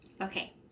Okay